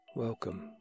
Welcome